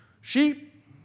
Sheep